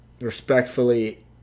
Respectfully